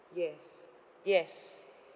yes yes